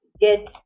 get